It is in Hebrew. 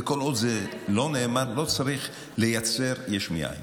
וכל עוד זה לא נאמר, לא צריך לייצר יש מאין.